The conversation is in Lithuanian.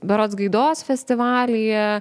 berods gaidos festivalyje